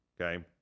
okay